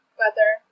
weather